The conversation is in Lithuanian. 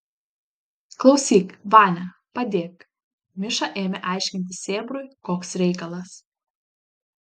klausyk vania padėk miša ėmė aiškinti sėbrui koks reikalas